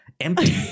empty